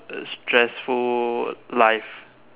uh stressful life